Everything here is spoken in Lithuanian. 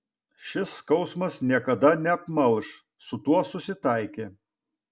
šis skausmas niekada neapmalš su tuo susitaikė